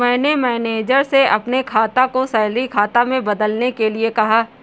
मैंने मैनेजर से अपने खाता को सैलरी खाता में बदलने के लिए कहा